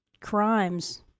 crimes